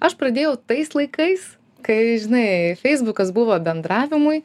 aš pradėjau tais laikais kai žinai feisbukas buvo bendravimui